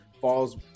falls